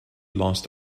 lost